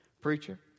Preacher